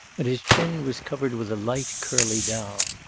and his chin was covered with a light curly down.